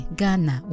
Ghana